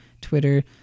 Twitter